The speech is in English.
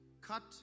cut